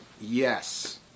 Yes